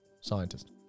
Scientist